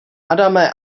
adame